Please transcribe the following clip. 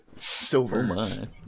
Silver